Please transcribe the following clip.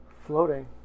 Floating